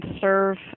serve